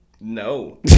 No